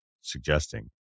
suggesting